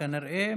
כנראה,